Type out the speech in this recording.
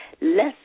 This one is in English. Less